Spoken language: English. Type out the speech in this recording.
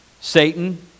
Satan